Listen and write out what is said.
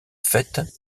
fête